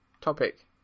Topic